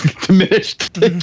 diminished